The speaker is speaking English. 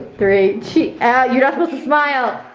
three, ch, ah you not suppose to smile.